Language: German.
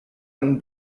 einen